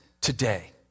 today